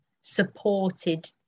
supported